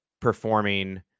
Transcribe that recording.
performing